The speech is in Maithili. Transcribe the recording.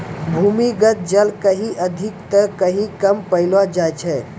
भूमीगत जल कहीं अधिक त कहीं कम पैलो जाय छै